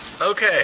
Okay